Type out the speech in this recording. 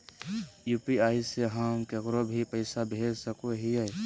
UPI से हम केकरो भी पैसा भेज सको हियै?